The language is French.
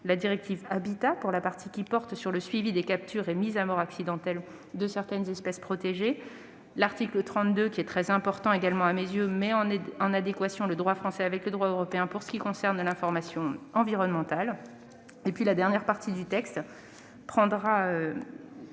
la directive Habitats pour la partie qui porte sur le suivi des captures et mises à mort accidentelles de certaines espèces protégées. L'article 32, qui est très important à mes yeux, met en adéquation le droit français avec le droit européen pour ce qui concerne l'information environnementale. Enfin, dernière partie, ce projet